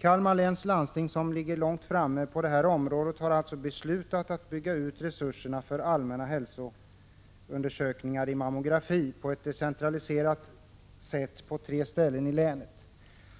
Kalmar läns landsting, som ligger långt framme inom detta område, har beslutat att bygga ut resurserna för allmänna hälsoundersökningar med mammografi på ett decentraliserat sätt på tre ställen i länet.